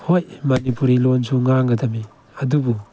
ꯍꯣꯏ ꯃꯅꯤꯄꯨꯔꯤ ꯂꯣꯟꯁꯨ ꯉꯥꯡꯒꯗꯕꯅꯤ ꯑꯗꯨꯕꯨ